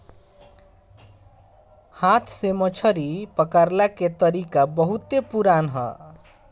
हाथ से मछरी पकड़ला के तरीका बहुते पुरान ह